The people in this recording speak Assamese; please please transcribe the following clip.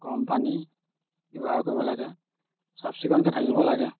গৰম পানী ব্যৱহাৰ কৰিব লাগে চাফ চিকুণকৈ থাকিব লাগে